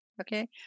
Okay